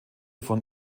von